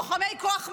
לוחמי כוח 100,